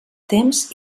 temps